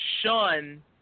shun